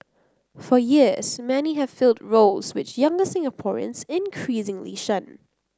for years many have filled roles which younger Singaporeans increasingly shun